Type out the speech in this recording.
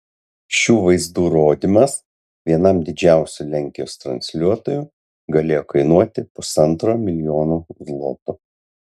šių vaizdų rodymas vienam didžiausių lenkijos transliuotojų galėjo kainuoti pusantro milijonų zlotų